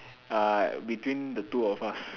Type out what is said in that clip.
uh between the two of us